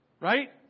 Right